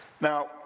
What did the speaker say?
now